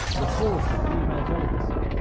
the force of female delicacy.